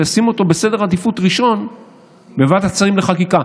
והוא ישים אותו ראשון בסדר העדיפויות בוועדת השרים לחקיקה.